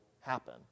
happen